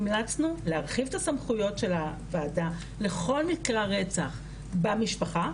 המלצנו להרחיב את הסמכויות של הוועדה לכל מקרי הרצח במשפחה,